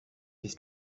his